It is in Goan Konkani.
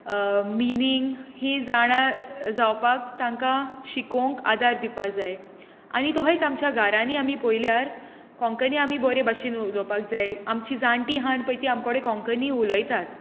मिनींग ही जाणां जावपाक तांकां शिकोवंक आदार दिवपाक जाय आनी तशेंच आमच्या घारांनी आमी पळयल्यार कोंकणी आमी बरे भाशेन उलोवपाक जाय आमची जाणटी आसात पळय ती आमचे कडेन कोंकणी उलोयतात